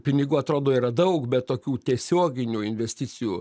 pinigų atrodo yra daug bet tokių tiesioginių investicijų